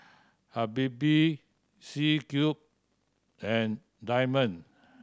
Habibie C Cube and Diamond